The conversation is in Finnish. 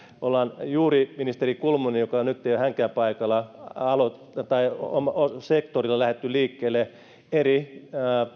ollaan juuri ministeri kulmunin joka nyt ei ole hänkään paikalla sektorilla lähdetty liikkeelle eri